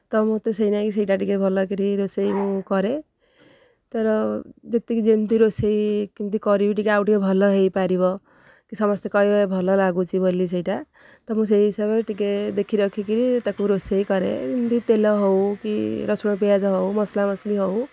ତ ମୋତେ ସେଇଲାଗି ସେଇଟା ଟିକିଏ ଭଲ କରି ରୋଷେଇ ମୁଁ କରେ ତା'ର ଯେତିକି ଯେମିତି ରୋଷେଇ କେମିତି କରିବି ଟିକିଏ ଆଉ ଟିକିଏ ଭଲ ହୋଇପାରିବ କି ସମସ୍ତେ କହିବେ ଭଲ ଲାଗୁଛି ବୋଲି ସେଇଟା ତ ମୁଁ ସେହି ହିସାବରେ ଟିକିଏ ଦେଖିରଖିକରି ତାକୁ ରୋଷେଇ କରେ ଏମିତି ତେଲ ହେଉ କି ରସୁଣ ପିଆଜ ହେଉ ମସଲା ମସଲି ହେଉ